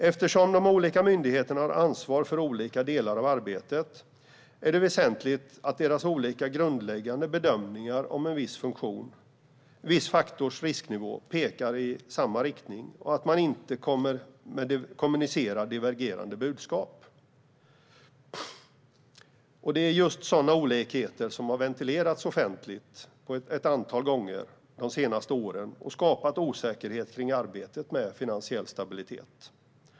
Eftersom de olika myndigheterna har ansvar för olika delar av arbetet är det väsentligt att deras olika grundläggande bedömningar om en viss faktors risknivå pekar i samma riktning och att man inte kommunicerar divergerande budskap. Det är just sådana olikheter som har ventilerats offentligt ett antal gånger under de senaste åren och skapat osäkerhet kring arbetet med finansiell stabilitet.